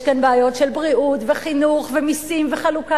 יש כאן בעיות של בריאות וחינוך ומסים וחלוקה